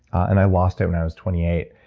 and i lost it when i was twenty eight.